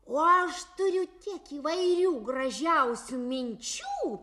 o aš turiu tiek įvairių gražiausių minčių